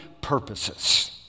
purposes